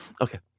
Okay